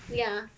ya